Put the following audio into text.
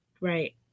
Right